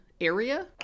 area